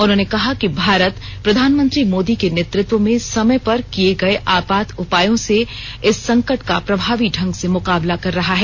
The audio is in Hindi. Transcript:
उन्होंने कहा कि भारत प्रधानमंत्री मोदी के नेतृत्व में समय पर किए गए आपात उपायों से इस संकट का प्रभावी ढंग से मुकाबला कर रहा है